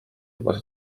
lubas